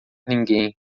ninguém